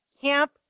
Camp